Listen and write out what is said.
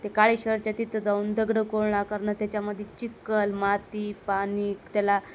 ते काळेश्वरच्या तिथे जाऊन दगड गोळा करने त्याच्यामध्ये चिखल माती पाणी त्याला